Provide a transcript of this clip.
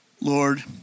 Lord